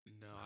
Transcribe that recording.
No